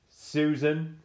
Susan